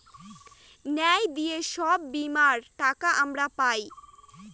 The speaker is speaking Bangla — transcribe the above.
ন্যায় দিয়ে সব বীমার টাকা আমরা পায়